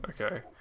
okay